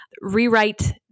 rewrite